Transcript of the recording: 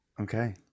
okay